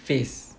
face